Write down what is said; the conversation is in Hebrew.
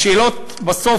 בסוף,